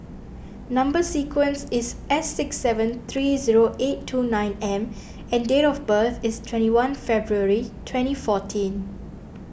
Number Sequence is S six seven three zero eight two nine M and date of birth is twenty one February twenty fourteen